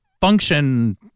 function